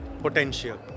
potential